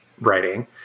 writing